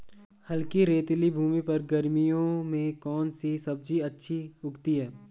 हल्की रेतीली भूमि पर गर्मियों में कौन सी सब्जी अच्छी उगती है?